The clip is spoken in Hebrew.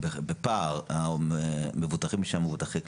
בפער המבוטחים שם הם מבוטחי כללית.